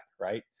right